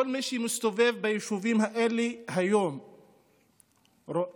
כל מי שמסתובב ביישובים האלה היום רואה